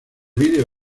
video